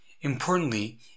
Importantly